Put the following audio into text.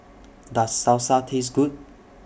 Does Salsa Taste Good